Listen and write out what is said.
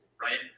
right